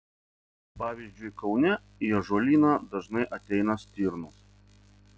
pavyzdžiui kaune į ąžuolyną dažnai ateina stirnos